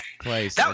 place